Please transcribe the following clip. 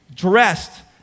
Dressed